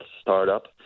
startup